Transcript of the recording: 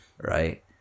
right